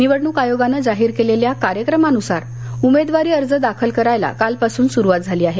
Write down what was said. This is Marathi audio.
निवडणूक आयोगानं जाहीर केलेल्या कार्यक्रमानुसार उमेदवारी अर्ज दाखल करायला कालपासून सुरुवात झाली आहे